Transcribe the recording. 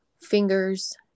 fingers